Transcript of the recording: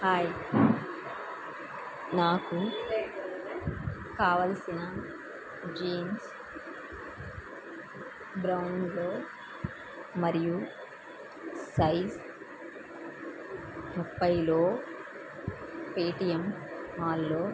hi నాకు కావాల్సిన jeans బ్రౌన్లో మరియు సైజ్ ముప్పైలో పేటియం మాల్లో